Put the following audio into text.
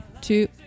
Two